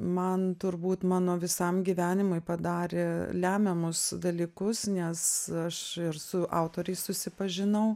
man turbūt mano visam gyvenimui padarė lemiamus dalykus nes aš ir su autoriais susipažinau